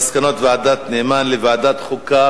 בנושא מסקנות ועדת-נאמן לוועדת חוקה,